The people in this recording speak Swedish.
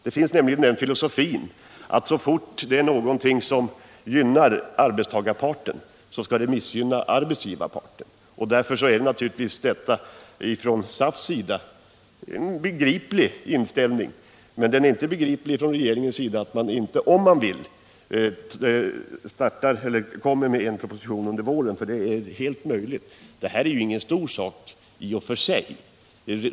Det finns nämligen anhängare av den filosofin att så fort någonting gynnar arbetarparten måste det missgynna arbetsgivarparten. Därför är naturligtvis SAF:s inställning begriplig. Men regeringens inställning är inte facklig verksamhet på arbetsplatsen begriplig, om man vill lägga fram en proposition under våren — för det är helt möjligt eftersom detta inte är någon stor sak i och för sig.